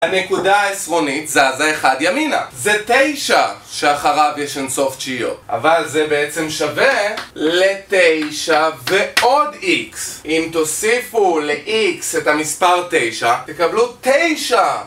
הנקודה העשרונית זזה אחד ימינה זה תשע שאחריו יש אין סוף ג'יו אבל זה בעצם שווה לתשע ועוד איקס אם תוסיפו לאיקס את המספר תשע תקבלו תשע